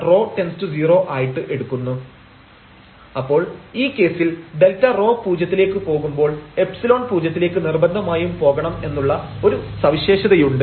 lim┬Δρ→0⁡ Δz dzΔρ 0 Δρ√Δx2Δy2 Let lim┬Δρ→0⁡Δz dzΔρ0 ⟹ Δz dzΔρϵ ϵ→0 as Δρ→0 അപ്പോൾ ഈ കേസിൽ Δρ പൂജ്യത്തിലേക്ക് പോകുമ്പോൾ എപ്സിലൺ പൂജ്യത്തിലേക്ക് നിർബന്ധമായും പോകണം എന്നുള്ള ഒരു സവിശേഷതയുണ്ട്